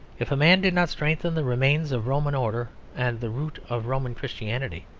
if a man did not strengthen the remains of roman order and the root of roman christianity,